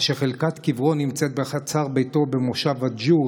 אשר חלקת קברו נמצאת בחצר ביתו במושב עג'ור,